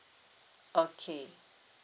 okay